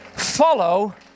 Follow